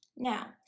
Now